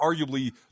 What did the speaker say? arguably